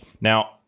Now